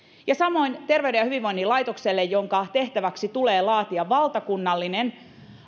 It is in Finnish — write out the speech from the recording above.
ja samoin terveyden ja hyvinvoinnin laitokselle jonka tehtäväksi tulee laatia valtakunnallinen